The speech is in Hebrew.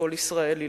לכל ישראלי,